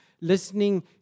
listening